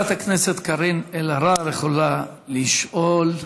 חברת הכנסת קארין אלהרר יכולה לשאול.